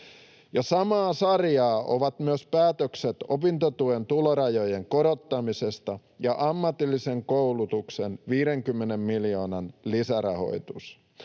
Samaa sarjaa ovat myös päätökset opintotuen tulorajojen korottamisesta ja ammatillisen koulutuksen 50 miljoonan lisärahoitus.